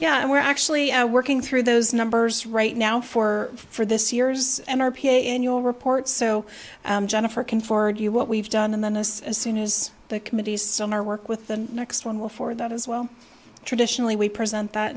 yeah we're actually working through those numbers right now for for this year's and our pay annual report so jennifer can forward you what we've done and then this scene is the committee's summer work with the next one will for that as well traditionally we present that